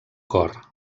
cor